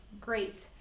great